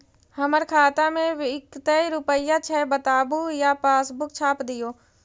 हमर खाता में विकतै रूपया छै बताबू या पासबुक छाप दियो?